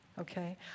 Okay